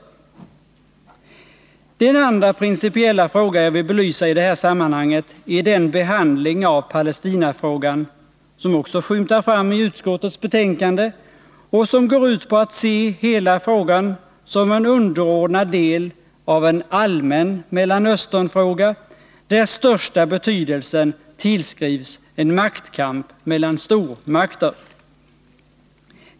193 Den andra principiella fråga jag vill belysa i det här sammanhanget är den behandling av Palestinafrågan som också skymtar fram i utskottets betänkande och som går ut på att se hela frågan som en underordnad del av en allmän Mellanösternfråga, där största betydelsen tillskrivs en maktkamp mellan stormakter.